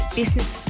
business